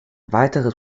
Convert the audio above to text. weiteres